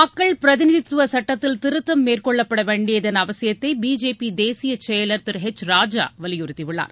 மக்கள் பிரதிநிதித்துவ சட்டத்தில் திருத்தம் மேற்கொள்ளப்பட வேண்டியதன் அவசியத்தை பிஜேபி தேசிய செயலர் திரு எச் ராஜா வலியுறுத்தியுள்ளார்